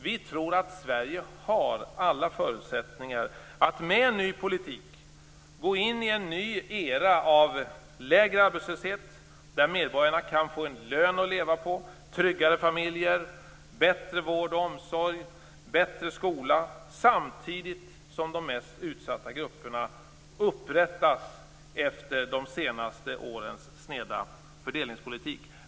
Vi tror att Sverige har alla förutsättningar att med en ny politik gå in i en ny era av lägre arbetslöshet, där medborgarna kan få en lön att leva på, tryggare familjer, bättre vård, omsorg och skola, samtidigt som de mest utsatta grupperna upprättas efter de senaste årens sneda fördelningspolitik.